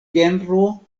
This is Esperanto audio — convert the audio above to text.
genro